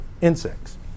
insects